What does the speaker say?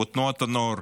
בתנועות הנוער,